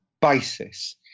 basis